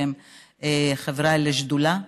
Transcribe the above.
שהם חבריי לשדולה,